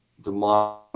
demand